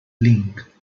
link